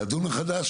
לדון מחדש,